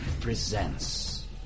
presents